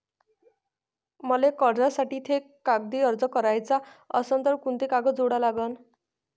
मले कर्जासाठी थे कागदी अर्ज कराचा असन तर कुंते कागद जोडा लागन?